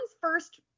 first